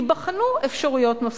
ייבחנו אפשרויות נוספות,